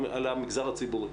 על המגזר הציבורי.